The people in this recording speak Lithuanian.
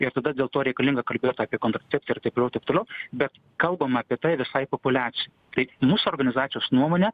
ir tada dėl to reikalinga kalbėt apie kontracepciją ir taip toliau ir taip toliau bet kalbame apie tai visai populiacijai tai mūsų organizacijos nuomone